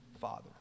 father